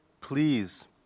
please